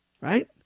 Right